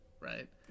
right